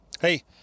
Hey